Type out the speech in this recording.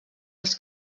els